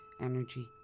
energy